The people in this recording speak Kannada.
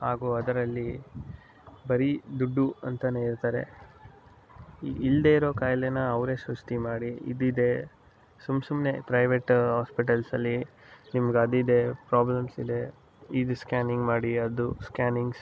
ಹಾಗೂ ಅದರಲ್ಲಿ ಬರೀ ದುಡ್ಡು ಅಂತಲೇ ಹೇಳ್ತಾರೆ ಇಲ್ಲದೇ ಇರೋ ಕಾಯಿಲೆನ ಅವರೇ ಸೃಷ್ಟಿ ಮಾಡಿ ಇದಿದೆ ಸುಮ್ನೆ ಸುಮ್ಮನೆ ಪ್ರೈವೇಟ್ ಆಸ್ಪೆಟಲ್ಸಲ್ಲಿ ನಿಮ್ಗೆ ಅದಿದೆ ಪ್ರಾಬ್ಲಮ್ಸಿದೆ ಇದು ಸ್ಕ್ಯಾನಿಂಗ್ ಮಾಡಿ ಅದು ಸ್ಕ್ಯಾನಿಂಗ್ಸ್